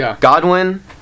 Godwin